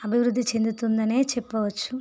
అభివృద్ధి చెందుతుందని చెప్పవచ్చు